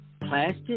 plastic